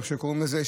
איך שקוראים לזה,